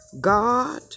God